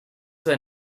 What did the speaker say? were